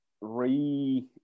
re